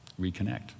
reconnect